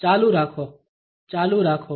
ચાલુ રાખો ચાલુ રાખો